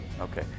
okay